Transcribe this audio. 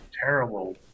terrible